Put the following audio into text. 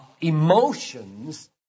emotions